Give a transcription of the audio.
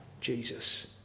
Jesus